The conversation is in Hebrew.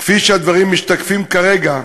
כפי שהדברים משתקפים כרגע,